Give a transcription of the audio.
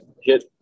hit